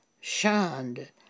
shunned